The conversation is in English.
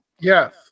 Yes